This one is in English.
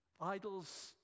Idols